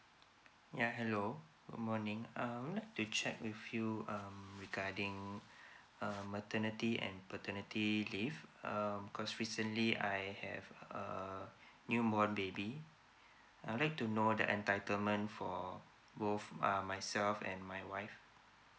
ya hello good morning uh I would like to check with you um regarding uh maternity and paternity leave um cause recently I have err new born baby I would like to know the entitlement for both uh myself and my wife